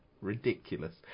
ridiculous